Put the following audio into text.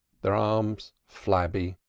their arms flabby.